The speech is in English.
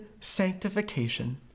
sanctification